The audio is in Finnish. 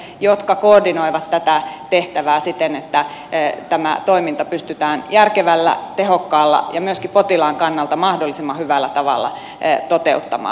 sitten meillä on lisäksi erityisvastuualueet jotka koordinoivat tätä tehtävää siten että tämä toiminta pystytään järkevällä tehokkaalla ja myöskin potilaan kannalta mahdollisimman hyvällä tavalla toteuttamaan